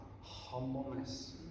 humbleness